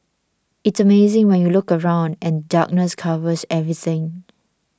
it's amazing when you look around and darkness covers everything